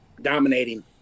dominating